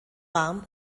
warm